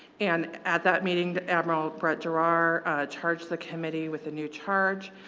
and at that meeting the admiral brett giroir charged the committee with a new charge.